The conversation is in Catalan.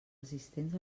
assistents